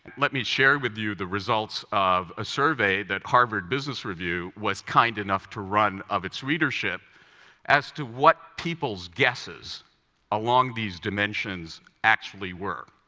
let me share with you the results of a survey that harvard business review was kind enough to run of its readership as to what people's guesses along these dimensions actually were.